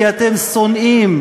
כי אתם שונאים,